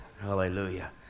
hallelujah